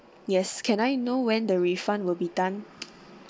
yes can I know when the refund will be done